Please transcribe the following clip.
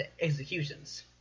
executions